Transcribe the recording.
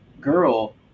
girl